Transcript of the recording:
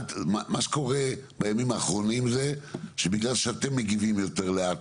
מה שקורה בימים האחרונים זה שבגלל שאתם מגיבים יותר לאט